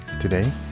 Today